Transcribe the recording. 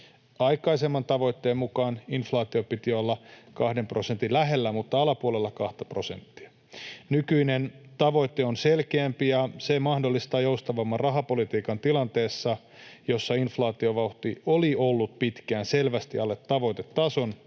Aikaisemman tavoitteen mukaan inflaation piti olla kahden prosentin lähellä, mutta alapuolella kahta prosenttia. Nykyinen tavoite on selkeämpi, ja se mahdollistaa joustavamman rahapolitiikan tilanteessa, jossa inflaatiovauhti oli ollut pitkään selvästi alle tavoitetason,